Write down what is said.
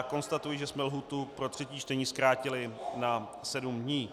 Konstatuji, že jsme lhůtu pro třetí čtení zkrátili na sedm dní.